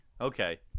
okay